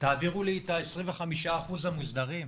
תעבירו לי את ה-25% המוסדרים,